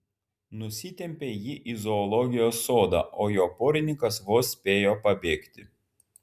nusitempė jį į zoologijos sodą o jo porininkas vos spėjo pabėgti